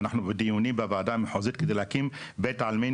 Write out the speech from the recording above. ואנחנו בדיונים בוועדה המחוזית כדי להקים בית עלמין